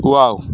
wow